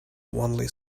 only